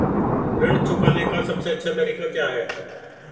ऋण चुकाने का सबसे अच्छा तरीका क्या है?